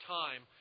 time